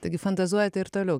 taigi fantazuojate ir toliau